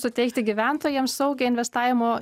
suteikti gyventojams saugią investavimo